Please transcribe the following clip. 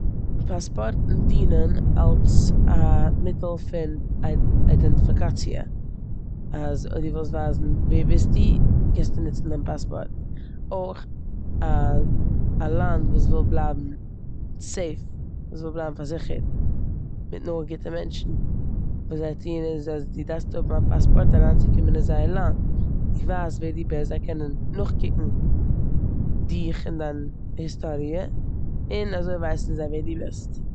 פאספארטן דינען אלס א מיטל פון אידענטיפיקאציע אז אויב די ווילסט ווייזן ווער ביסטו קענסטו נוצן דעם פאספארט. אויך א- א לאנד וואס וויל בלייבן סעיף, וואס וויל בלייבן פארזיכערט מיט נאר גוטע מענטשן, וואס זיי טוען איז אז די דארפסט האבן א פאספארט אריינציקומען אין זייער לאנד. די ווייזט ווער די בוסט, זיי קענען נאכקוקן דיך און דיין היסטאריע און אזוי ווייסן זיי ווער די בוסט.